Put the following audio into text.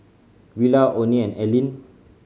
Willa Oney and Ellyn